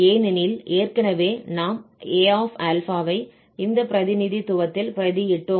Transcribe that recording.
ஏனெனில் ஏற்கனவே நாம் A α ஐ இந்த பிரதிநிதித்துவத்தில் பிரதியிட்டோம்